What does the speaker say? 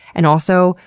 and also,